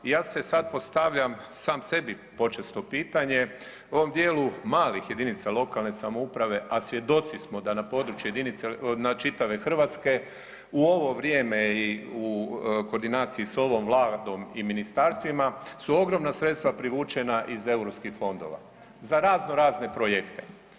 Ja sada postavljam sam sebi počesto pitanje u ovom dijelu malih jedinica lokalne samouprave, a svjedoci smo da na područje jedinice, čitave Hrvatske u ovo vrijeme i u koordinaciji sa ovom Vladom i ministarstvima su ogromna sredstva povučena iz europskih fondova za raznorazne projekte.